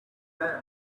sand